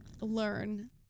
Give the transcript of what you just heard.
learn